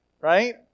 right